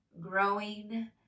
growing